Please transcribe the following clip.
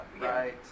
right